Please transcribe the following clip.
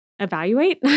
Evaluate